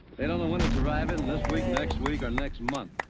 they don't know when it's arriving, this week, next week, or next month,